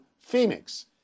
Phoenix